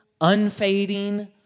unfading